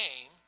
name